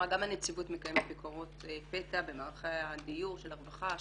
הנציבות מקיימת ביקורות פתע במערכי הדיור של הרווחה.